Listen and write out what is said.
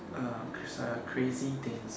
uh it's like a crazy things